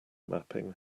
mapping